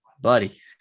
buddy